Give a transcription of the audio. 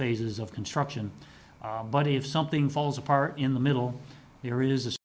phases of construction but if something falls apart in the middle there is